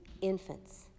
infants